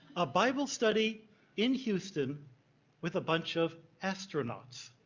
a bible study in houston with a bunch of astronauts.